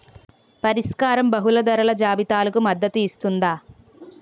పరిష్కారం బహుళ ధరల జాబితాలకు మద్దతు ఇస్తుందా?